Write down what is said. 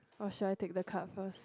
or should I take the card first